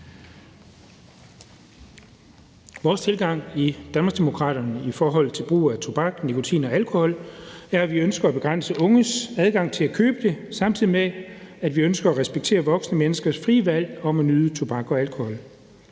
Vores tilgang i Danmarksdemokraterne i forhold til brug af tobak, nikotin og alkohol er, at vi ønsker at begrænse unges adgang til at købe det, samtidig med at vi ønsker at respektere voksne menneskers frie valg om at nyde tobak og alkohol.